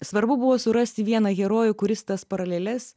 svarbu buvo surasti vieną herojų kuris tas paraleles